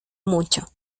mucho